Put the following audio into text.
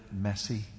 messy